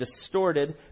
distorted